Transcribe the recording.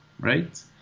right